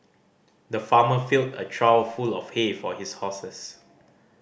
the farmer filled a trough full of hay for his horses